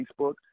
Facebook